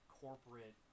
corporate